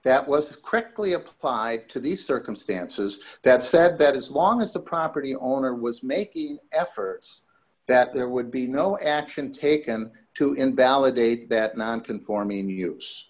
that was correctly applied to these circumstances that said that as long as the property owner was making efforts that there would be no action taken to invalidate that non conforming use